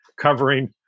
covering